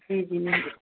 जी जी